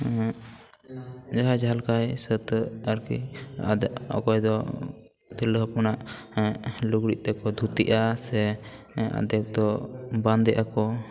ᱡᱟᱦᱟᱸ ᱡᱟᱦᱟᱸ ᱞᱮᱠᱟᱭ ᱥᱟᱹᱛᱟᱹᱜ ᱟᱨᱠᱤ ᱚᱠᱚᱭ ᱫᱚ ᱛᱤᱨᱞᱟᱹ ᱦᱚᱯᱚᱱᱟᱜ ᱞᱩᱜᱽᱲᱤᱡ ᱛᱮᱠᱚ ᱫᱷᱩᱛᱤᱜᱼᱟ ᱥᱮ ᱵᱟᱸᱫᱮᱜ ᱟᱠᱚ